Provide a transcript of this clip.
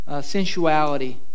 sensuality